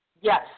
Yes